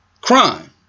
crime